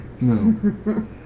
No